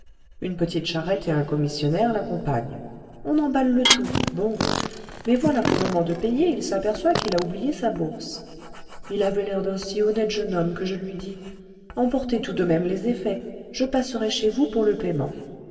une petite charrette et un commissionnaire l'accompagnaient on emballe le tout bon mais voilà qu'au moment de payer il s'aperçoit qu'il a oublié sa bourse il avait l'air d'un si honnête jeune homme que je lui dis emportez tout de même les effets je passerai chez vous pour le paiement